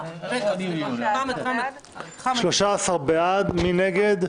מי נגד?